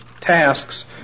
tasks